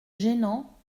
gênants